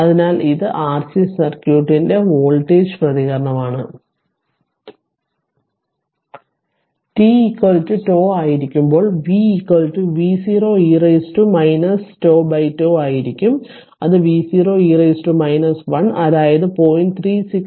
അതിനാൽ ഇത് ആർസി സർക്യൂട്ടിന്റെ വോൾട്ടേജ് പ്രതികരണമാണ് t τ ആയിരിക്കുമ്പോൾ V V0 e τ τ ആയിരിക്കും അത് V0 e 1 അതായ്ത 0